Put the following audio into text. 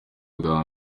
bwa